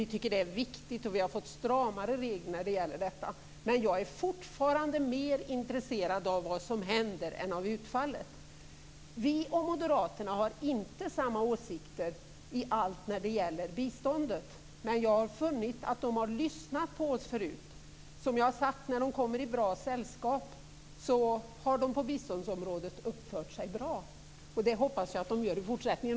Vi tycker att detta är viktigt, och vi har fått stramare regler för detta. Jag är dock fortfarande mer intresserad av vad som händer än av utfallet. Vi och moderaterna har inte samma åsikter i allt som gäller biståndet, men jag har funnit att de tidigare har lyssnat på oss. De har när de kommit i bra sällskap uppfört sig bra på biståndsområdet, och jag hoppas att de gör det också i fortsättningen.